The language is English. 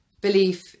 belief